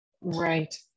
Right